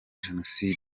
jenoside